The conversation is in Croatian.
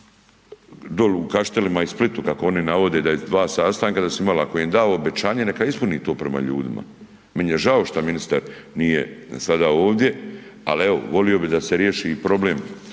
doli u Kaštelima i u Splitu kako oni navode da su dva sastanka da su imali, ako im je dao obećanje neka ispuni to prema ljudima. Meni je žao što ministar nije sada ovdje, ali evo volio bih da se riješi i problem